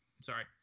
sorry